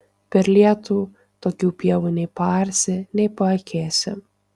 per lietų tokių pievų nei paarsi nei paakėsi